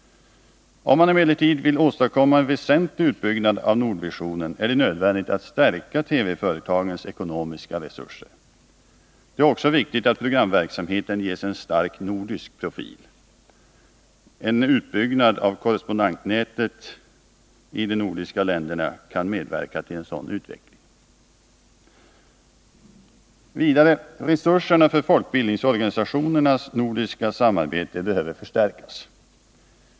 Om man emellertid vill åstadkomma en väsentlig utbyggnad av Nordvisionen är det nödvändigt att stärka TV företagens ekonomiska resurser. Det är också viktigt att programverksamheten ges en stark nordisk profil. En utbyggnad av korrespondentnäten i de nordiska länderna kan medverka till en sådan utveckling. Resurserna för folkbildningsorganisationernas nordiska samarbete behöver förstärkas.